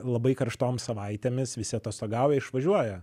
labai karštom savaitėmis visi atostogauja išvažiuoja